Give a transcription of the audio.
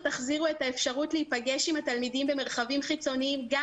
תחזירו את האפשרות להיפגש עם התלמידים במרחבים חיצוניים גם